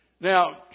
Now